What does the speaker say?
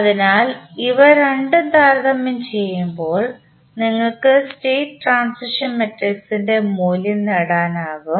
അതിനാൽ ഇവ രണ്ടും താരതമ്യം ചെയ്യുമ്പോൾ നിങ്ങൾക്ക് സ്റ്റേറ്റ് ട്രാൻസിഷൻ മാട്രിക്സിൻറെ മൂല്യം നേടാനാകും